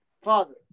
Father